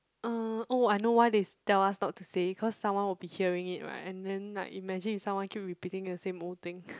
uh oh I know why they tell us not to say cause someone will be hearing it right and then like imagine if someone keep repeating the same old thing